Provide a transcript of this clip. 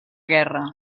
guerra